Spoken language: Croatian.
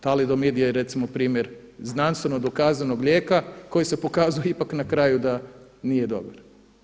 Talidomid je recimo primjer znanstven dokazanog lijeka koji se pokazao ipak na kraju da nije dobar.